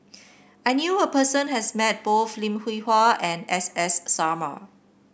I knew a person has met both Lim Hwee Hua and S S Sarma